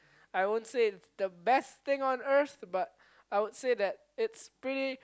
I won't say it's the best thing on earth but I would say that it's pretty